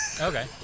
okay